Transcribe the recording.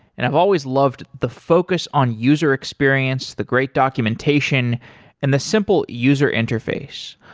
and i've always loved the focus on user experience, the great documentation and the simple user interface.